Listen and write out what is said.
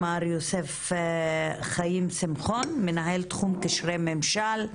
מר יוסף חיים שמחון מנהל תחום קשרי ממשל,